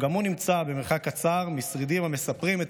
גם הוא נמצא במרחק קצר משרידים המספרים את